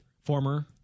former